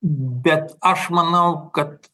bet aš manau kad